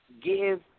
Give